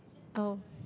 oh